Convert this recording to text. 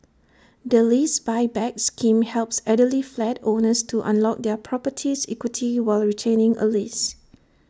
the lease Buyback scheme helps elderly flat owners to unlock their property's equity while retaining A lease